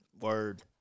Word